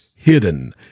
Hidden